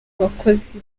abakozi